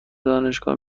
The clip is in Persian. دانشگاه